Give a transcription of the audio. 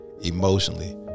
emotionally